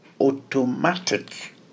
automatic